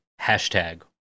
Hashtag